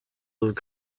dut